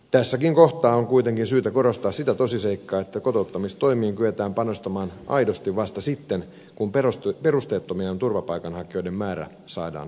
tässäkin kohtaa on kuitenkin syytä korostaa sitä tosiseikkaa että kotouttamistoimiin kyetään panostamaan aidosti vasta sitten kun perusteettomien turvapaikanhakijoiden määrää saadaan pienennettyä